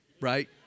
right